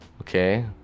okay